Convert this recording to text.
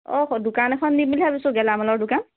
অ দোকান এখন দিম বুলি ভাবিছোঁ গেলামালৰ দোকান